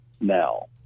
now